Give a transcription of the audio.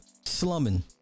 slumming